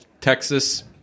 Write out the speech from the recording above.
Texas